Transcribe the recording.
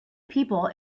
people